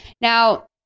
Now